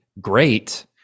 great